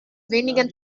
wenigen